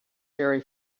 very